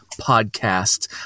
Podcast